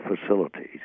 facilities